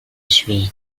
suis